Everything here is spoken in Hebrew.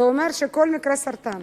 זה אומר שכל מקרה סרטן